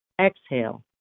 Exhale